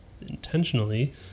intentionally